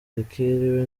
yakiriwe